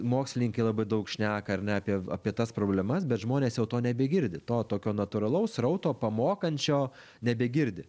mokslininkai labai daug šneka ar ne apie apie tas problemas bet žmonės jau to nebegirdi to tokio natūralaus srauto pamokančio nebegirdi